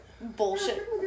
bullshit